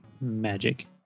magic